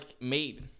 made